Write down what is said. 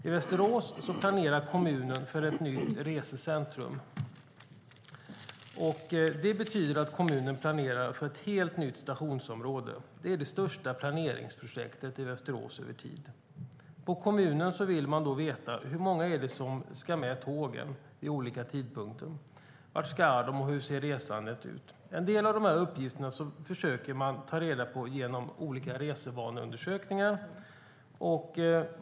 I Västerås planerar kommunen för ett nytt resecentrum. Det betyder att kommunen planerar för ett helt nytt stationsområde. Det är det största planeringsprojektet i Västerås över tid. På kommunen vill man veta: Hur många är det som ska med tågen vid olika tidpunkter? Vart ska de, och hur ser resandet ut? En del av de uppgifterna försöker man ta reda på genom olika resevaneundersökningar.